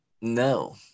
no